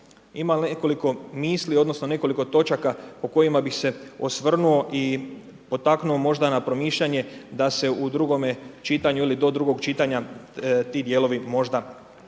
ima nekoliko misli, odnosno, nekoliko točaka o kojima bi se osvrnuo i potaknuo možda na promišljanju, da se u drugome čitanju ili do drugog čitanja ti dijelovi možda